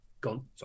gone